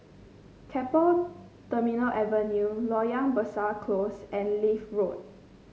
Keppel Terminal Avenue Loyang Besar Close and Leith Road